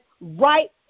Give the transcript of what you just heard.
right